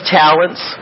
talents